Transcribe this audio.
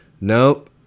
nope